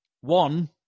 one